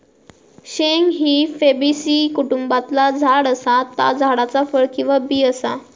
शेंग ही फॅबेसी कुटुंबातला झाड असा ता झाडाचा फळ किंवा बी असा